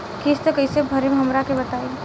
किस्त कइसे भरेम हमरा के बताई?